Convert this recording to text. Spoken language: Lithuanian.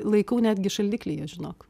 laikau netgi šaldiklyje žinok